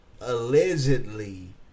allegedly